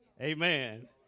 amen